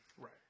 Right